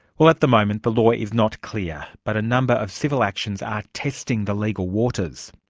well, at the moment the law is not clear, but a number of civil actions are testing the legal waters.